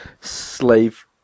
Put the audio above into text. slave